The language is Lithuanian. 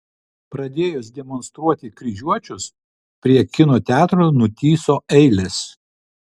pradėjus demonstruoti kryžiuočius prie kino teatrų nutįso eilės